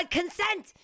consent